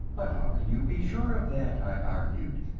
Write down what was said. but how can you be sure of that? i argued.